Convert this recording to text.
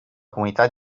comunità